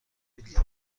بلیط